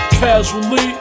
casually